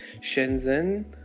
shenzhen